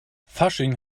fasching